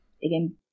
again